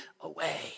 away